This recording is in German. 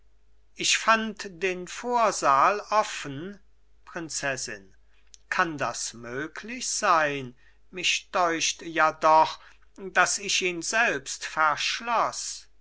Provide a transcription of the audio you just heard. ich fand den vorsaal offen prinzessin kann das möglich sein mich deucht ja doch daß ich ihn selbst